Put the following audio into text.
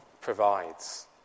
provides